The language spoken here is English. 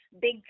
big